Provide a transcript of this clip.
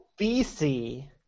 BC